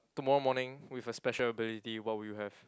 tomorrow morning with a special ability what would you have